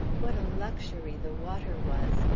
what a luxury the water was!